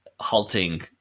halting